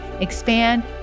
expand